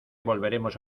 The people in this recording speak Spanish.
volveremos